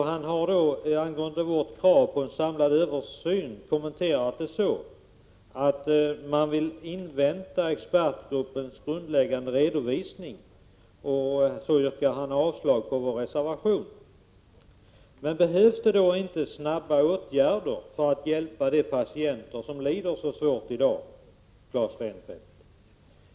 Vårt krav på en samlad översyn har Claes Rensfeldt kommenterat genom att säga att man vill invänta expertgruppens grundläggande redovisning, och sedan yrkar han avslag på vår reservation. Men behövs det inte snabba åtgärder för att hjälpa de patienter som lider så svårt i dag, Claes Rensfeldt?